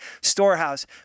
storehouse